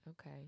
Okay